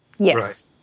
Yes